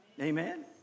Amen